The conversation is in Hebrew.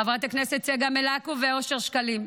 חברת הכנסת צגה מלקו ואושר שקלים,